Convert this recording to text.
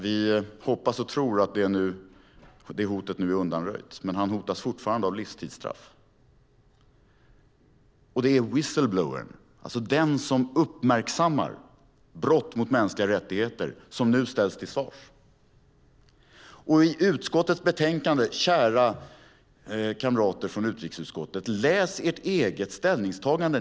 Vi hoppas och tror att det hotet nu är undanröjt, men han hotas fortfarande av livstidsstraff. Det är alltså whistleblowern, den som uppmärksammar brott mot mänskliga rättigheter, som nu ställs till svars. Kära kamrater från utrikesutskottet! Läs ert eget ställningstagande!